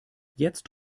jetzt